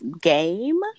game